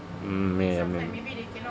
mm may ah may